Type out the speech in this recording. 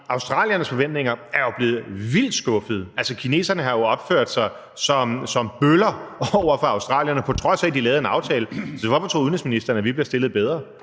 australiernes forventninger jo er blevet vildt skuffede. Kineserne har opført sig som bøller over for australierne, på trods af at de lavede en aftale. Så hvorfor tror udenrigsministeren, at vi bliver stillet bedre?